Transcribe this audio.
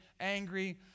angry